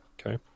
Okay